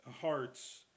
hearts